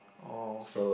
oh okay